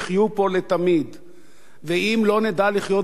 ואם לא נדע לחיות ביחד, לא נוכל לחיות בכלל.